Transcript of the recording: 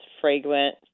fragrant